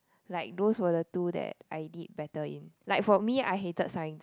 like those were the two that I did better in like for me I hated Science